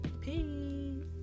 Peace